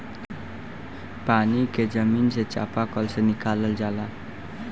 पानी के जमीन से चपाकल से निकालल जाला